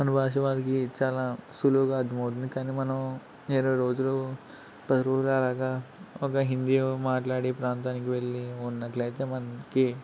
మన భాష వాళ్ళకి చాలా సులువుగా అర్థమవుతుంది కానీ మనం ఇరవై రోజులు పది రోజులు అలాగా ఒక హిందీ మాట్లాడే ప్రాంతానికి వెళ్ళీ ఉన్నట్లయితే మనకి